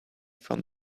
from